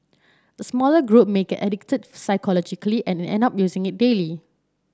the smaller group may get addicted psychologically and end up using it daily